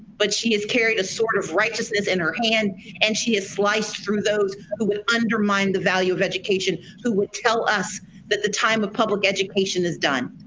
but she has carried a sort of righteousness in her hand and she has sliced through those who would undermine the value of education, who would tell us that the time of public education is done.